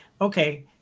okay